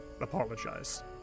apologize